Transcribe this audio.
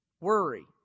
worry